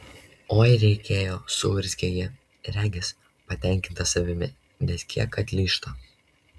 oi reikėjo suurzgia ji regis patenkinta savimi nes kiek atlyžta